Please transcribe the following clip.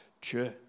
church